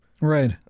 Right